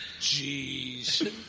Jeez